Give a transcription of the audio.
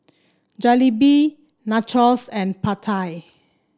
Jalebi Nachos and Pad Thai